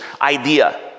idea